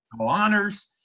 honors